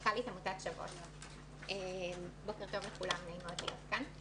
בוקר טוב לכולם, נעים מאוד להיות כאן.